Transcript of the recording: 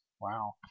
wow